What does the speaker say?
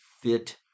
fit